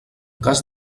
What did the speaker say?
cas